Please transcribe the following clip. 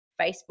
facebook